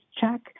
check